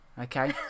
Okay